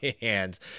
hands